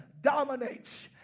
dominates